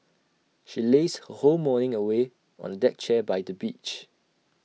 she lazed her whole morning away on A deck chair by the beach